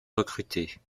recrutés